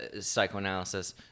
psychoanalysis